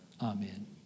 Amen